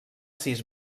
sis